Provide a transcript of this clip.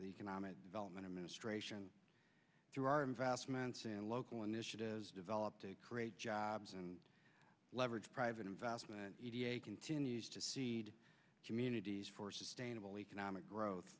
have the economic development of ministration through our investments in local initiatives develop to create jobs and leverage private investment continues to seed communities for sustainable economic growth